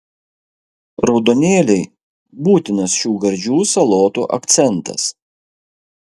raudonėliai būtinas šių gardžių salotų akcentas